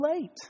late